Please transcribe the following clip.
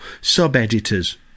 sub-editors